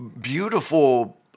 beautiful